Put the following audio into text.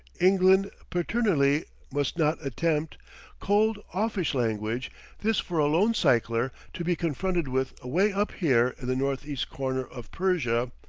england paternally must not attempt cold, offish language this for a lone cycler to be confronted with away up here in the northeast corner of persia,